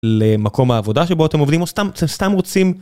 למקום העבודה שבו אתם עובדים או סתם רוצים